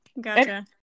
Gotcha